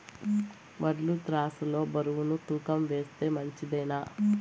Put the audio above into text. వడ్లు త్రాసు లో బరువును తూకం వేస్తే మంచిదేనా?